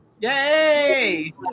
Yay